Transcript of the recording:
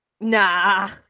nah